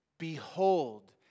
Behold